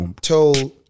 Told